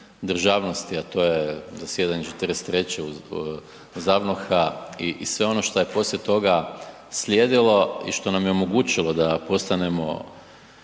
državnosti, a to je zasjedanje '43. ZAVNOH-a i sve ono šta je poslije toga slijedilo i što nam je omogućilo da postanemo